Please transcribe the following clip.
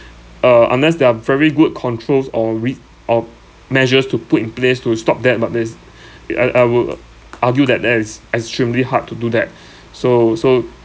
uh unless there are very good controls or read or measures to put in place to stop that but there is I I would argue that that is extremely hard to do that so so